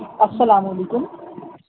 السّلام علیکم